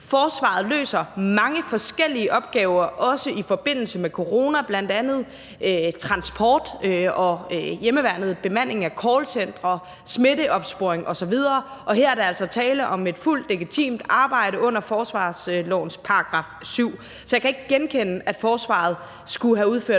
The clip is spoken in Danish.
Forsvaret løser mange forskellige opgaver, også i forbindelse med corona, bl. a. i forhold til transport, hjemmeværnet, bemanding af callcentre, smitteopsporing osv., og her er der altså tale om et fuldt legitimt arbejde under forsvarslovens § 7. Så jeg kan ikke genkende, at forsvaret skulle have udført